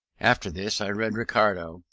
after this i read ricardo,